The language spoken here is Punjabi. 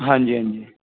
ਹਾਂਜੀ ਹਾਂਜੀ